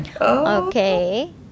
Okay